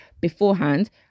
beforehand